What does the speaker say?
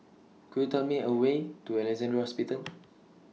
Could YOU Tell Me The Way to Alexandra Hospital